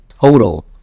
total